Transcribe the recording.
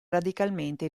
radicalmente